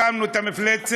הקמנו את המפלצת,